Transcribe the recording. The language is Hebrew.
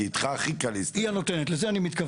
היא הנותנת, לזה אני מתכוון.